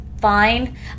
fine